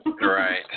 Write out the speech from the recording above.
Right